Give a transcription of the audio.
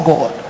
God